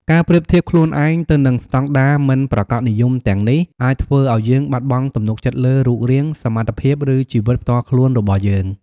ការប្រៀបធៀបខ្លួនឯងទៅនឹងស្តង់ដារមិនប្រាកដនិយមទាំងនេះ អាចធ្វើឱ្យយើងបាត់បង់ទំនុកចិត្តលើរូបរាង សមត្ថភាព ឬជីវិតផ្ទាល់ខ្លួនរបស់យើង។